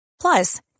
Plus